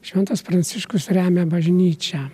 šventas pranciškus remia bažnyčią